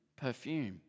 perfume